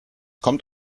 kommt